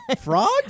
Frogs